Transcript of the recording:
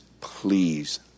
please